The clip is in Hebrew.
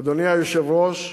אדוני היושב-ראש,